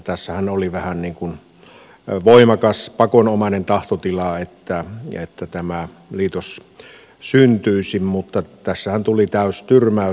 tässähän oli vähän voimakas pakonomainen tahtotila että tämä liitos syntyisi mutta tuli täystyrmäys